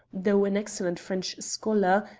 though an excellent french scholar,